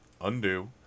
undo